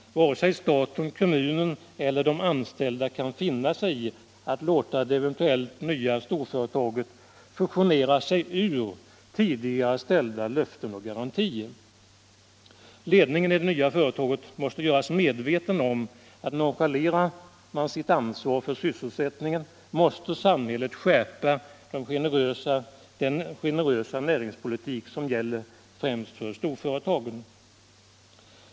Varken staten, kommunen eller de anställda kan finna sig i att låta det eventuella nya storföretaget fusionera sig ur tidigare ställda löften och garantier. Ledningen i det nya företaget måste göras medveten om att nonchalerar man sitt ansvar för sysselsättningen måste samhället skärpa den generösa näringspolitik som gäller för främst storföretagen.